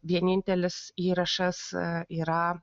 vienintelis įrašas yra